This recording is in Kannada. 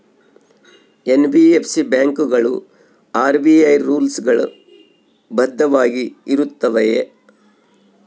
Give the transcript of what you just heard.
ಎನ್.ಬಿ.ಎಫ್.ಸಿ ಬ್ಯಾಂಕುಗಳು ಆರ್.ಬಿ.ಐ ರೂಲ್ಸ್ ಗಳು ಬದ್ಧವಾಗಿ ಇರುತ್ತವೆಯ?